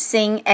Sing